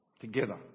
together